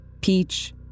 peach